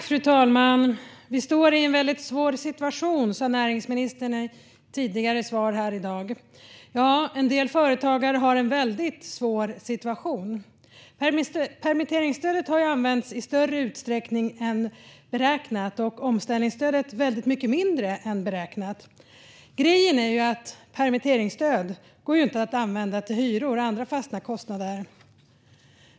Fru talman! Vi står i en väldigt svår situation, sa näringsministern i ett tidigare svar här i dag. Ja, en del företagare har en väldigt svår situation. Permitteringsstödet har använts i större utsträckning än beräknat och omställningsstödet väldigt mycket mindre än beräknat. Grejen är att permitteringsstöd inte går att använda till hyror och andra fasta kostnader.